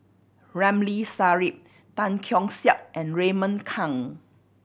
Ramli Sarip Tan Keong Saik and Raymond Kang